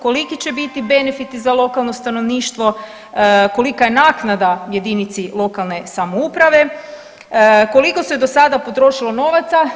Koliki će biti benefiti za lokalno stanovništvo, kolika je naknada jedinici lokalne samouprave, koliko se do sada potrošilo novaca?